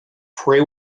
pray